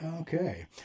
Okay